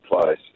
place